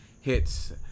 hits